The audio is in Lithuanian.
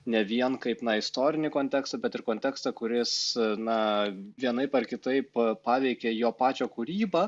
ne vien kaip na istorinį kontekstą bet ir kontekstą kuris na vienaip ar kitaip paveikė jo pačio kūrybą